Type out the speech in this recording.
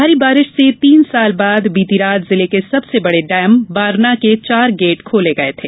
भारी बारिश से तीन साल बाद बीती रात जिले के सबसे बड़े डैम बारना के चार गेट खोले गये थे